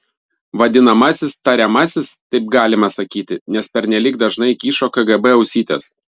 vadinamasis tariamasis taip galime sakyti nes pernelyg dažnai kyšo kgb ausytės